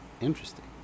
Interesting